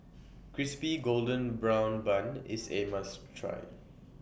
Crispy Golden Brown Bun IS A must Try